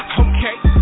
okay